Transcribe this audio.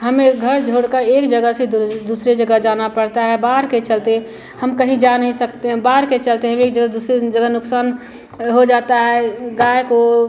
हमें घर छोड़कर एक जगह से दूस दूसरी जगह जाना पड़ता है बाढ़ के चलते हम कहीं जा नहीं सकते हैं बाढ़ के चलते हम एक जगह दूसरी जगह नुकसान हो जाता है गाय को